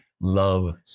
love